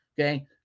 okay